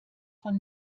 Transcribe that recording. von